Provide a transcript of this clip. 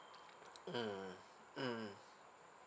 mm mm